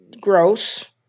Gross